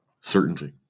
certainty